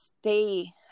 Stay